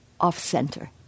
off-center